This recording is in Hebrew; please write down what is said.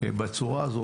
בצורה הזו.